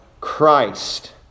Christ